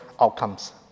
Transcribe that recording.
outcomes